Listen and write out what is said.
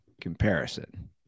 comparison